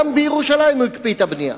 גם בירושלים הוא הקפיא את הבנייה.